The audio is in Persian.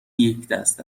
یکدست